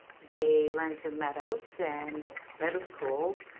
they went to meadows, and middle school.